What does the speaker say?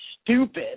stupid